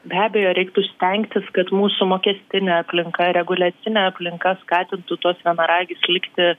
be abejo reiktų stengtis kad mūsų mokestinė aplinka reguliacinė aplinka skatintų tuos vienaragis likti